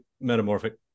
metamorphic